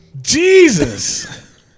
Jesus